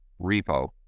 repo